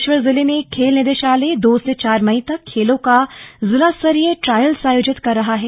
बागेश्वर जिले में खेल निदेशालय दो से चार मई तक खेलों का जिलास्तरीय ट्रायल्स आयोजित कर रहा है